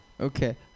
Okay